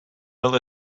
mill